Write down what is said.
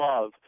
love